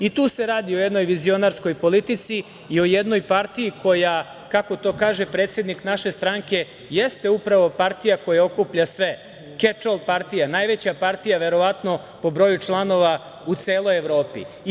I tu se radi o jednoj vizionarskoj politici i o jednoj partiji, kako to kaže predsednik naše stranke, jeste upravo partija koja okuplja sve, „keč-ov“ partija, najveća partija verovatno po broju članova u celoj Evropi.